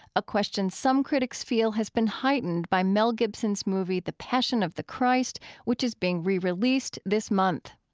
a question some critics feel has been heightened by mel gibson's movie the passion of the christ, which is being re-released this month.